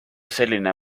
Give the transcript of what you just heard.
selline